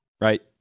right